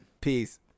peace